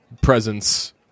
presence